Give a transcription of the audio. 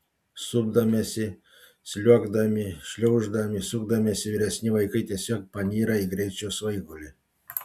supdamiesi sliuogdami šliauždami sukdamiesi vyresni vaikai tiesiog panyra į greičio svaigulį